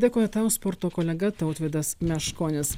dėkoju tau sporto kolega tautvydas meškonis